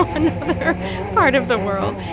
another part of the world.